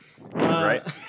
Right